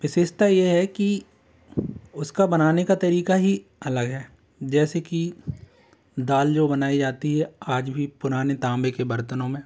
विशेषता ये है कि उसका बनाने का तरीका ही अलग है जैसे कि दाल जो बनाई जाती है आज भी पुराने तांबे के बर्तनों में